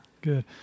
Good